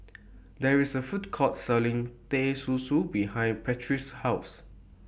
There IS A Food Court Selling Teh Susu behind Patrice's House